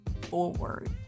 forward